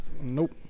Nope